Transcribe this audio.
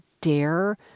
dare